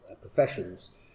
professions